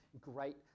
great